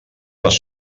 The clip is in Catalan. les